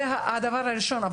זה הדבר הראשון.